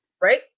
right